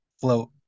float